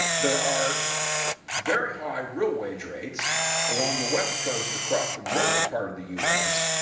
there are very high real wage rates along the west coast across the northern part of the u s,